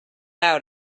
out